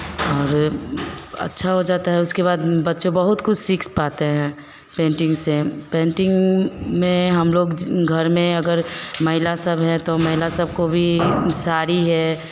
और अच्छा हो जाता है उसके बाद बच्चे बहुत कुछ सीख पाते हैं पेंटिंग से पेंटिंग में हम लोग ज घर में अगर महिला सब हैं तो महिला सब को भी साड़ी है